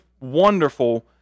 wonderful